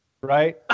right